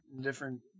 different